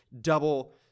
double